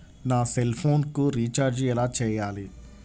నా సెల్ఫోన్కు రీచార్జ్ ఎలా చేయాలి?